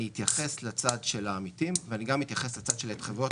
אני אתייחס לצד של העמיתים ואני גם אתייחס לצד של ההתחייבויות,